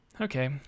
Okay